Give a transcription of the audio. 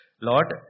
Lord